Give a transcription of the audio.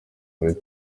kuri